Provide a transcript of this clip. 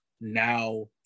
now